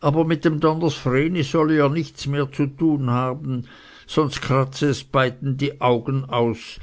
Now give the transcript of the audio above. aber mit dem donners vreni solle er nichts mehr zu tun haben sonst kratze es beiden die augen aus